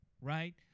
right